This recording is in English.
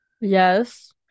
Yes